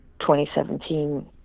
2017